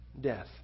death